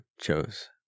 chose